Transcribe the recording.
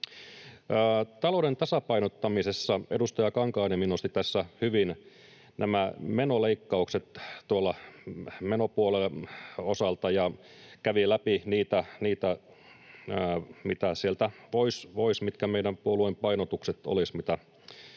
Talouden tasapainottamisessa edustaja Kankaanniemi nosti tässä hyvin nämä menoleikkaukset ja kävi läpi tuolta menopuolelta niitä, mitkä meidän puolueemme painotukset olisivat, mitä